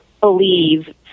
believe